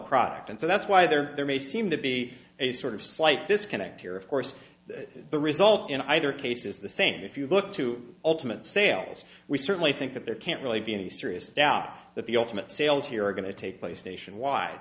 product and so that's why there there may seem to be a sort of slight disconnect here of course that the result in either case is the same if you look to ultimate sales we certainly think that there can't really be any serious doubt that the ultimate sales here are going to take place nationwide